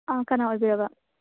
ꯑꯥ ꯀꯅꯥ ꯑꯣꯏꯕꯤꯔꯕ